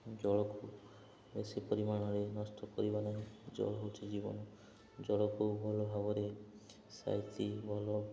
ଜଳକୁ ବେଶୀ ପରିମାଣରେ ନଷ୍ଟ କରିବା ନାହିଁ ଜଳ ହେଉଛି ଜୀବନ ଜଳକୁ ଭଲ ଭାବରେ ସାଇତି ଭଲ